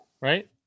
Right